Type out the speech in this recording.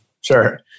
Sure